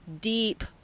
deep